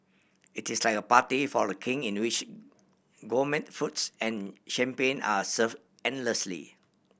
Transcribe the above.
it is like a party for The King in no which gourmet foods and champagne are serve endlessly